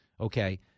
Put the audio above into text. Okay